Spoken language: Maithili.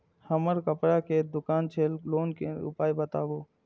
हमर कपड़ा के दुकान छै लोन के उपाय बताबू?